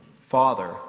Father